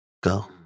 Go